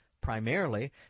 primarily